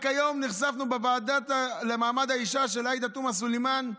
רק היום נחשפנו לזה בוועדה למעמד האישה של עאידה תומא סלימאן,